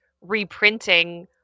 reprinting